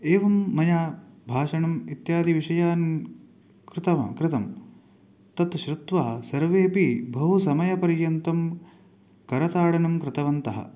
एवं मया भाषणम् इत्यादिविषयान् कृतवान् कृतम् तत् श्रुत्वा सर्वेपि बहु समयपर्यन्तं करताडनं कृतवन्तः